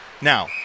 Now